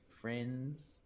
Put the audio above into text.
friends